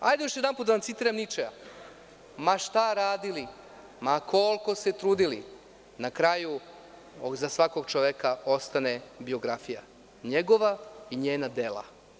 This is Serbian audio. Hajde još jedanput da vam citiram Ničea – ma šta radili, ma koliko se trudili, na kraju za svakog čoveka ostane biografija, njegova i njena dela.